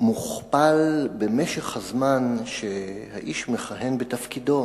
מוכפל במשך הזמן שהאיש מכהן בתפקידו,